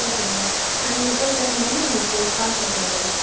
okay ma'am நாங்கள் எப்போ கிளம்புறேனு உங்களுக்கு கால் பண்ணுறோம் மேம்